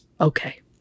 okay